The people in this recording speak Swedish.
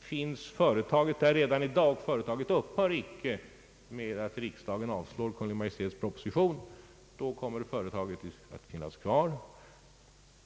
existerar företaget redan i dag, och det upphör icke genom att riksdagen avslår Kungl. Maj:ts proposition. Företaget kommer att finnas kvar.